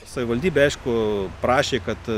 savivaldybė aišku prašė kad